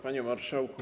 Panie Marszałku!